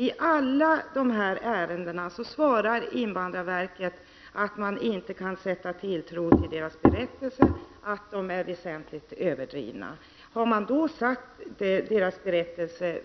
I alla dessa ärenden svarar invandrarverket att man inte kan sätta tilltro till de asylsökandes berättelser och att dessa berättelser är väsentligt överdrivna. Men har invandrarverket då verkligen satt deras berättelser